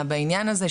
בעניין הזה.